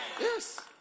Yes